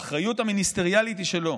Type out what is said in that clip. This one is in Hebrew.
האחריות המיניסטריאלית היא שלו.